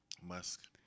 Musk